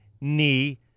knee